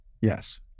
Yes